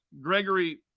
Gregory